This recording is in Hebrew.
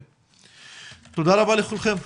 תודה רבה לכולכם.